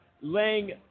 laying